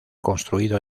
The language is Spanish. construido